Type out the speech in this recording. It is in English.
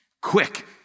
Quick